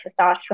testosterone